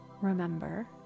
remember